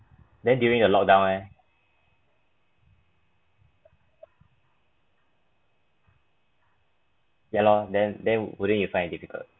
then during a lockdown eh ya lor then then what do you find difficult